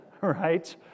right